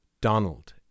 Donald